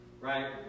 right